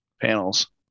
panels